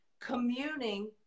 communing